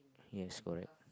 yes correct